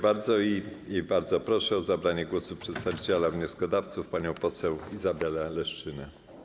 Bardzo proszę o zabranie głosu przedstawiciela wnioskodawców panią poseł Izabelę Leszczynę.